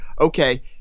okay